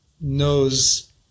knows